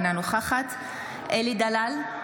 אינה נוכחת אלי דלל,